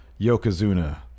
Yokozuna